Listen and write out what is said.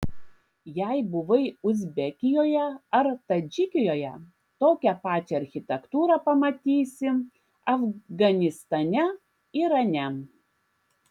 jei buvai uzbekijoje ar tadžikijoje tokią pačią architektūrą pamatysi afganistane irane